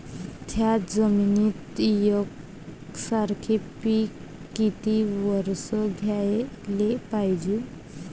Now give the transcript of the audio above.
थ्याच जमिनीत यकसारखे पिकं किती वरसं घ्याले पायजे?